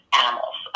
animals